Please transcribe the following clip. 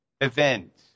event